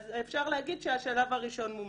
אז אפשר להגיד שהשלב הראשון מומש.